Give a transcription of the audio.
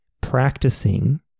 practicing